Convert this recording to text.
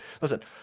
listen